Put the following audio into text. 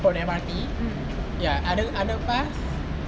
from M_R_T ya under underpass